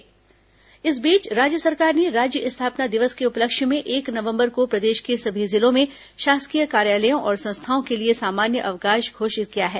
राज्योत्सव अवकाश इस बीच राज्य सरकार ने राज्य स्थापना दिवस के उपलक्ष्य में एक नवम्बर को प्रदेश के सभी जिलों में शासकीय कार्यालयों और संस्थाओं के लिए सामान्य अवकाश घोषित किया है